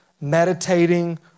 meditating